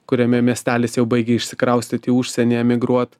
kuriame miestelis jau baigia išsikraustyt į užsienį emigruot